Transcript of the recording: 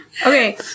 Okay